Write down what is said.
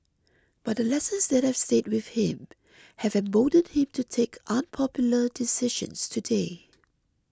but the lessons that have stayed with him have emboldened him to take unpopular decisions today